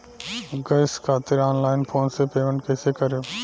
Gas खातिर online phone से payment कैसे करेम?